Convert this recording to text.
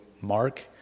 Mark